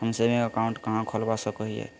हम saving account कहाँ खोलवा सको हियै?